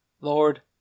Lord